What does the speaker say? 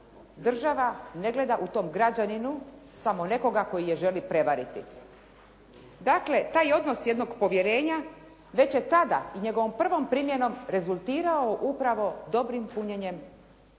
država ne gleda u tom građaninu samo nekoga koji je želi prevariti. Dakle taj odnos jednog povjerenja već je tada i njegovom prvom primjenom rezultirao upravo dobrim punjenjem državne